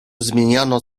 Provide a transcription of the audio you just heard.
zmieniano